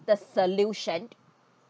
the solution